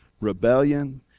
rebellion